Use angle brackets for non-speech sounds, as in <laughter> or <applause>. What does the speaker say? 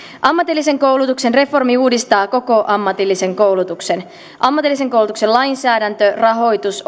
ammatillisen koulutuksen reformi uudistaa koko ammatillisen koulutuksen ammatillisen koulutuksen lainsäädäntö rahoitus <unintelligible>